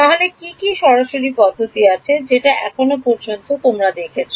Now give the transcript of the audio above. তাহলে কি কি সরাসরি পদ্ধতি আছে যেটা এখনও পর্যন্ত তোমরা দেখেছো